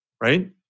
Right